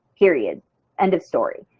period end of story.